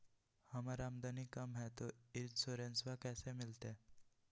हमर आमदनी कम हय, तो इंसोरेंसबा कैसे मिलते?